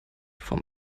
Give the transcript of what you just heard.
vom